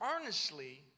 earnestly